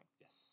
Yes